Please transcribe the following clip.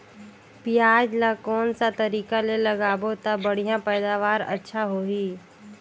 पियाज ला कोन सा तरीका ले लगाबो ता बढ़िया पैदावार अच्छा होही?